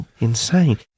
insane